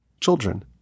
children